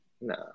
No